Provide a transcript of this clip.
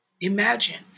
imagine